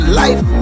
life